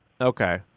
Okay